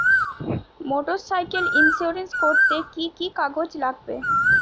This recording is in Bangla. মোটরসাইকেল ইন্সুরেন্স করতে কি কি কাগজ লাগবে?